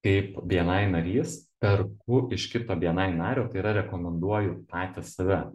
kaip bni narys perku iš kito bni nario tai yra rekomenduoju patį save